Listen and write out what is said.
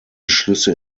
schlüsse